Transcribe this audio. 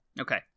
Okay